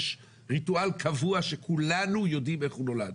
יש ריטואל קבוע שכולנו יודעים איך הוא נולד.